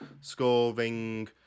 scoring